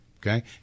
Okay